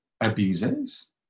abusers